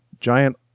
giant